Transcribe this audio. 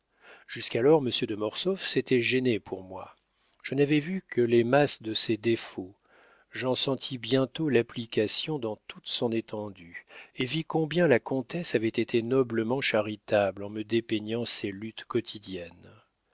monsieur de mortsauf s'était gêné pour moi je n'avais vu que les masses de ses défauts j'en sentis bientôt l'application dans toute son étendue et vis combien la comtesse avait été noblement charitable en me dépeignant ses luttes quotidiennes